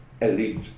elite